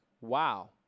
wow